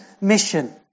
mission